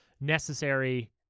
necessary